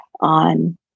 on